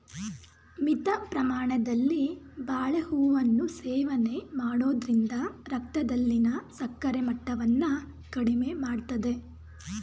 ಮಿತ ಪ್ರಮಾಣದಲ್ಲಿ ಬಾಳೆಹೂವನ್ನು ಸೇವನೆ ಮಾಡೋದ್ರಿಂದ ರಕ್ತದಲ್ಲಿನ ಸಕ್ಕರೆ ಮಟ್ಟವನ್ನ ಕಡಿಮೆ ಮಾಡ್ತದೆ